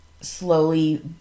slowly